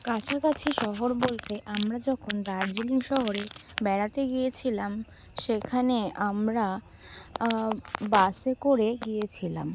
কাছাকাছি শহর বলতে আমরা যখন দার্জিলিং শহরে বেড়াতে গিয়েছিলাম সেখানে আমরা বাসে করে গিয়েছিলাম